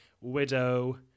Widow